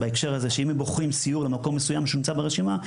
אם הם בוחרים סיור למקום מסוים שנמצא ברשימה.